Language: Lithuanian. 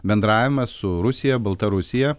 bendravimas su rusija baltarusija